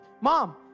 Mom